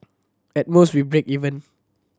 at most we break even